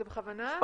חינוך,